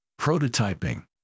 Prototyping